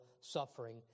suffering